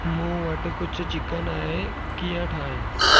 मूं वटि कुझु चिकन आहे कीअं ठाहियां